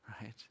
Right